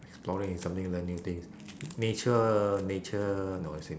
exploring is something you learn new things nature nature no same